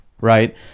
right